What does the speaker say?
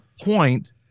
point